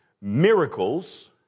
miracles